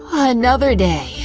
another day,